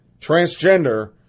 transgender